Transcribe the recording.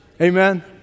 Amen